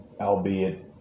albeit